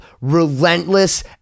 relentless